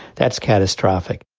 that's catastrophic.